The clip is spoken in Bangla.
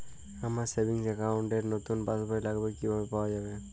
আমার সেভিংস অ্যাকাউন্ট র নতুন পাসবই লাগবে কিভাবে পাওয়া যাবে?